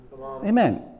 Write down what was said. amen